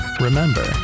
Remember